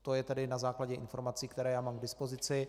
To je tedy na základě informací, které mám k dispozici.